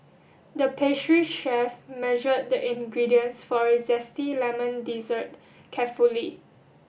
the pastry chef measured the ingredients for a zesty lemon dessert carefully